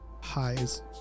highs